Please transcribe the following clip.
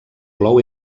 plou